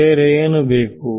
ಬೇರೆ ಏನು ಬೇಕು